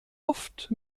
oft